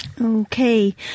Okay